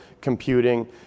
computing